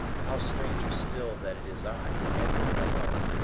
how stranger still that it is i, edward malone,